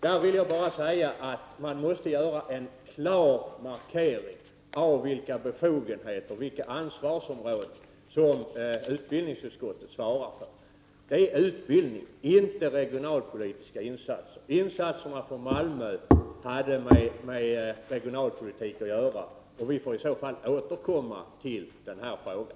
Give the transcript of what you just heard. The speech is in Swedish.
Jag vill bara säga att man måste göra en klar markering av vilka ansvarsområden som utbildningutskottet svarar för. Det är utbildning, inte regionalpolitiska insatser. Insatserna för Malmö hade med regionalpolitik att göra, och om det behövs mer av sådana, får vi återkomma till den frågan.